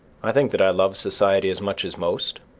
i think that i love society as much as most,